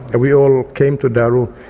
and we all came to daru,